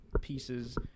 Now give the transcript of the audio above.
pieces